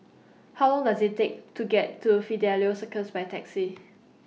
How Long Does IT Take to get to Fidelio Circus By Taxi